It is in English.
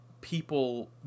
people